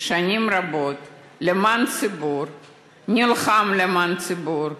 שנים רבות הוא נלחם למען הציבור.